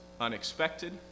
unexpected